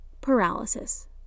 paralysis